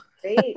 Great